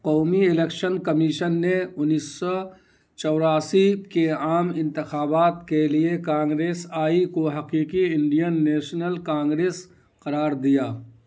قومی election commission نے انیس سو چوراسی کے عام انتخابات کے لیے کانگریس آئی کو حقیقی انڈین نیشنل کانگریس قرار دیا